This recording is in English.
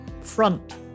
front